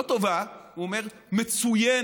לא טובה, הוא אומר, מצוינת.